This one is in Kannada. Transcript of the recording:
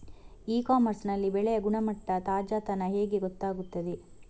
ಇ ಕಾಮರ್ಸ್ ನಲ್ಲಿ ಬೆಳೆಯ ಗುಣಮಟ್ಟ, ತಾಜಾತನ ಹೇಗೆ ಗೊತ್ತಾಗುತ್ತದೆ?